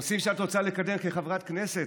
הנושאים שאת רוצה לקדם כחברת כנסת,